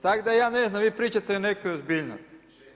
Tak' da ja ne znam, vi pričate o nekoj ozbiljnosti.